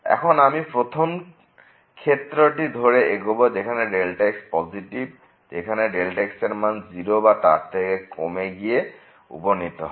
এখন আমি প্রথম ক্ষেত্রটি ধরে এগোবো যেখানে Δx পজেটিভ যেখানেΔx এর মান 0 বা তার থেকে কমে গিয়ে উপনীত হয়